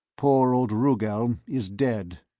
poor old rugel is dead.